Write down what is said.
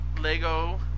Lego